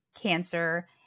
cancer